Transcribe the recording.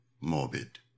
morbid